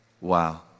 Wow